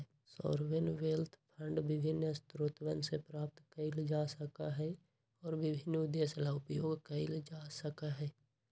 sovereign wealth fund विभिन्न स्रोतवन से प्राप्त कइल जा सका हई और विभिन्न उद्देश्य ला उपयोग कइल जा सका हई